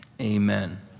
Amen